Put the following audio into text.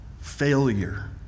failure